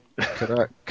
Correct